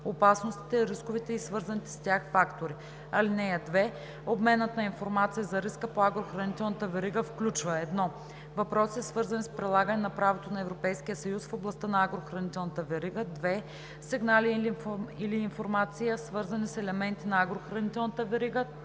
опасностите, рисковете и свързаните с тях фактори. (2) Обменът на информация за риска по агрохранителната верига включва: 1. въпроси, свързани с прилагане на правото на Европейския съюз в областта на агрохранителната верига; 2. сигнали или информация, свързани с елементи на агрохранителната верига;